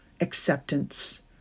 acceptance